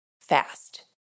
Fast